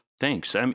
Thanks